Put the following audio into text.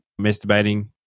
masturbating